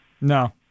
No